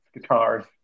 guitars